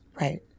Right